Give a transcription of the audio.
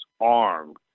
armed